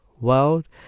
world